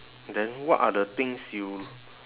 then what are the things you